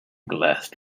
last